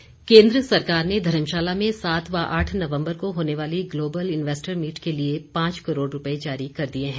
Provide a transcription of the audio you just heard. केंद्र राशि केंद्र सरकार ने धर्मशाला में सात व आठ नवम्बर को होने वाली ग्लोबल इन्वैस्टर मीट के लिए पांच करोड़ रूपए जारी कर दिए हैं